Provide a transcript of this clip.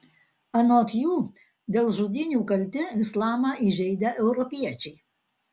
anot jų dėl žudynių kalti islamą įžeidę europiečiai